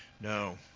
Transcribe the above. No